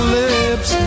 lips